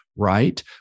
right